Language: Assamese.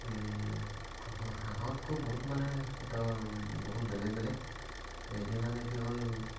এই হাঁহতকৈ বহুত মানে ইহঁতৰ বহুত বেলেগ বেলেগ সেহেঁতি মানে কি হ'ল